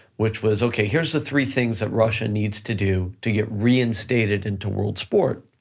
which was okay, here's the three things that russia needs to do to get reinstated into world sport.